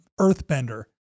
earthbender